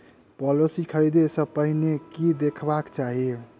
Policy खरीदै सँ पहिने की देखबाक चाहि?